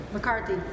McCarthy